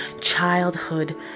childhood